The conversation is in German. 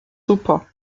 super